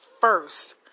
first